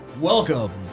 welcome